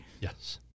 Yes